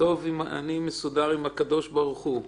אני מסודר עם הקב"ה.